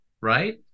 Right